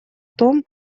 том